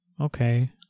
Okay